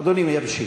אדוני ימשיך.